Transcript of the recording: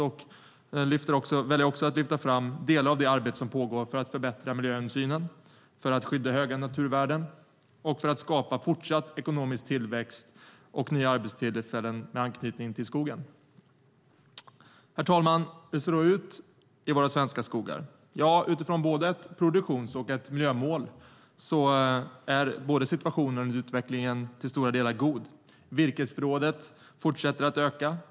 Jag väljer också att lyfta fram delar av det arbete som pågår för att förbättra miljöhänsynen, skydda höga naturvärden och skapa fortsatt ekonomisk tillväxt och nya arbetstillfällen med anknytning till skogen. Herr talman! Hur ser det då ut i våra svenska skogar? Ja, utifrån både ett produktions och ett miljömål är situationen för utvecklingen till stora delar god. Virkesförrådet fortsätter att öka.